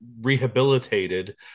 rehabilitated